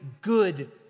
good